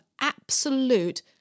absolute